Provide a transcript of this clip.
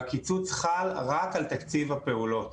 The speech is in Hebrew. והקיצוץ חל רק על תקציב הפעולות.